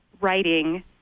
writing